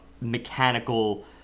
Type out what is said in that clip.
mechanical